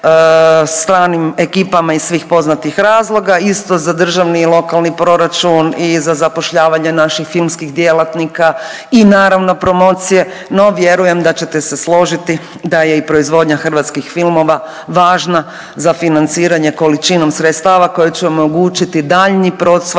stranim ekipama iz svih poznatih razloga. Isto za državni i lokalni proračun i za zapošljavanje naših filmskih djelatnika i naravno promocije. No vjerujem da ćete se složiti da je i proizvodnja hrvatskih filmova važna za financiranje količinom sredstava koja će omogućiti daljnji procvat